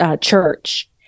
church